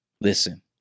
Listen